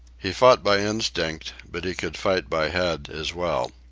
he fought by instinct, but he could fight by head as well.